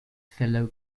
fellow